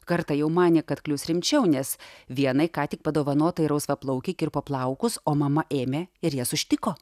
kartą jau manė kad klius rimčiau nes vienai ką tik padovanotai rausvaplaukei kirpo plaukus o mama ėmė ir jas užtiko